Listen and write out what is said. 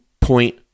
point